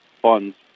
funds